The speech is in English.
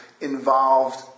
involved